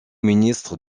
ministre